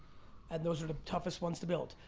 and those are the toughest ones to build.